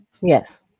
Yes